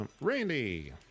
Randy